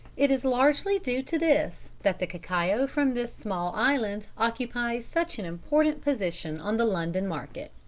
it is largely due to this that the cacao from this small island occupies such an important position on the london market.